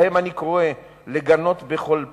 להם אני קורא לגנות בכל פה,